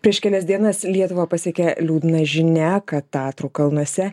prieš kelias dienas lietuvą pasiekė liūdna žinia kad tatrų kalnuose